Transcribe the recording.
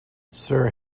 sir